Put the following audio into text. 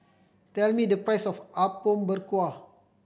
tell me the price of Apom Berkuah